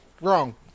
Wrong